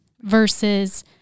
versus